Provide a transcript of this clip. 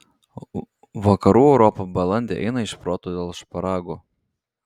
vakarų europa balandį eina iš proto dėl šparagų